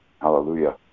Hallelujah